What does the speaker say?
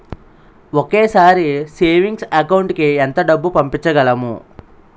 ఒకేసారి savings account కి ఎంత డబ్బు పంపించగలము?